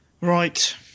Right